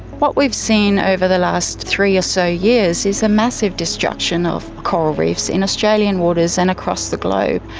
what we've seen over the last three or so years is a massive destruction of coral reefs in australian waters and across the globe.